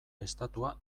estatua